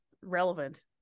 relevant